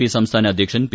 P സംസ്ഥാന അദ്ധ്യക്ഷൻ P